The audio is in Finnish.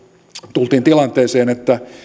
tultiin tilanteeseen että